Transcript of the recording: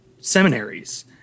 seminaries